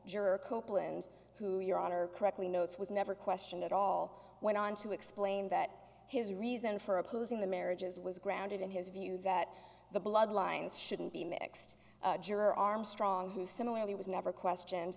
juror copeland who your honor correctly notes was never questioned at all went on to explain that his reason for opposing the marriages was grounded in his view that the bloodlines shouldn't be mixed juror armstrong who similarly was never questioned